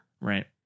Right